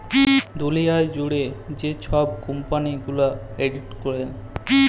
দুঁলিয়া জুইড়ে যে ছব কম্পালি গুলা অডিট ক্যরে